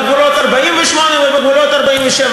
בגבולות 48' ובגבולות 47',